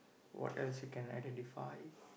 what else you can identify